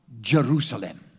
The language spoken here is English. Jerusalem